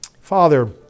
father